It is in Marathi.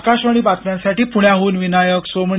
आकाशवाणीच्या बातम्यांसाठी पुण्याहून विनायक सोमणी